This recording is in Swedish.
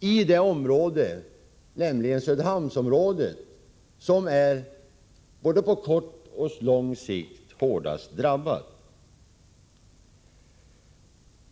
i det område som både på kort och på lång sikt har drabbats hårdast, nämligen Söderhamnsområdet.